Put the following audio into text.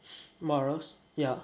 morals ya